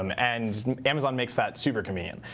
um and amazon makes that super convenient.